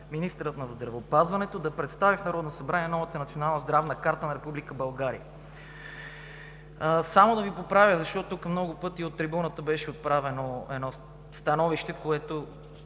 министърът на здравеопазването да представи в Народното събрание новата Национална здравна карта на Република България. Ще Ви поправя, защото тук много пъти от трибуната беше отправено едно становище, което